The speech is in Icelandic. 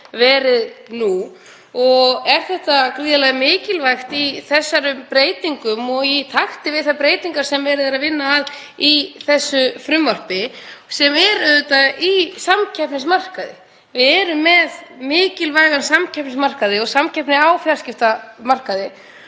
verið og er þetta gríðarlega mikilvægt og í takti við þær breytingar sem verið er að vinna að í þessu frumvarpi, sem er auðvitað um samkeppnismarkað. Við erum með mikilvægan samkeppnismarkað og samkeppni á fjarskiptamarkaði